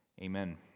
Amen